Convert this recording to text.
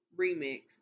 remix